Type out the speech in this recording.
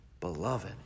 beloved